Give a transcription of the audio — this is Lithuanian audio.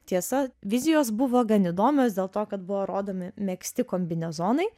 tiesa vizijos buvo gan įdomios dėl to kad buvo rodomi megzti kombinezonai